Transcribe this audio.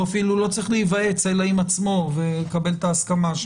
הוא אפילו לא צריך להיוועץ ויקבל את ההסכמה,